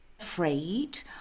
afraid